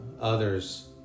others